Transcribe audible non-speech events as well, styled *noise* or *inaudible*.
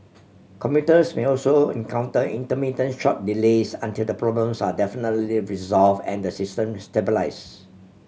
commuters may also encounter intermittent short delays until the problems are *unintelligible* resolve and the system stabilise